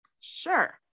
Sure